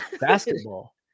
basketball